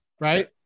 right